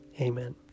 Amen